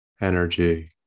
energy